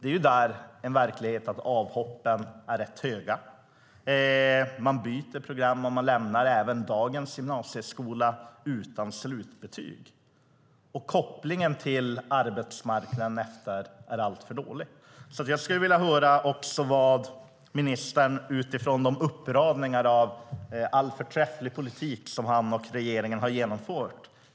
Här är avhoppen rätt många; man byter program och lämnar även dagens gymnasieskola utan slutbetyg. Kopplingen till arbetsmarknaden är dessutom alltför dålig. Vad tänker ministern göra utöver de uppräkningar av all förträfflig politik som han och regeringen har genomfört?